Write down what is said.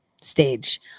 stage